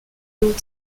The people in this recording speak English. built